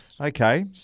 okay